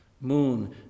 Moon